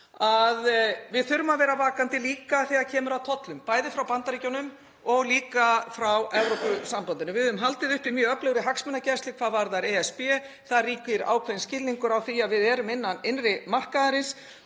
við þurfum líka að vera vakandi þegar kemur að tollum, bæði frá Bandaríkjunum og frá Evrópusambandinu. Við höfum haldið uppi mjög öflugri hagsmunagæslu hvað varðar ESB. Það ríkir ákveðinn skilningur á því að við erum innan innri markaðarins